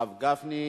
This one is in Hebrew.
הרב גפני.